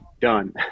done